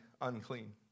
unclean